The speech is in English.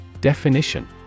Definition